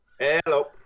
Hello